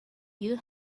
you